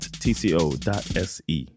tco.se